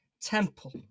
temple